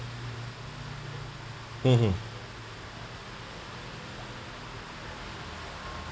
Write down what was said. mmhmm